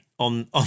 on